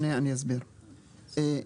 אגב,